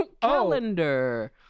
Calendar